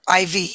IV